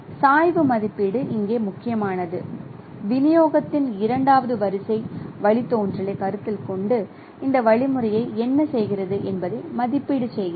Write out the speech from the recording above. சாய்வு மதிப்பீடு இங்கே முக்கியமானது விநியோகத்தின் இரண்டாவது வரிசை வழித்தோன்றலைக் கருத்தில் கொண்டு இந்த வழிமுறை என்ன செய்கிறது என்பதை மதிப்பீடு செய்கிறது